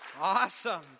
Awesome